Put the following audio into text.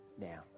now